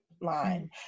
line